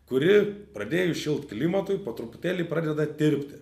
kuri pradėjus šilt klimatui po truputėlį pradeda tirpti